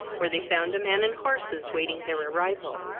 where they found a man and horses waiting their arrival.